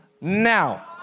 now